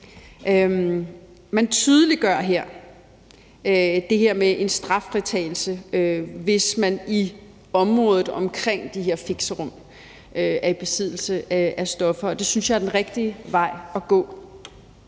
Man tydeliggør her i lovforslaget det her med en straffritagelse, hvis man i området omkring de her fixerum er i besiddelse af stoffer, og det synes jeg er den rigtige vej at gå.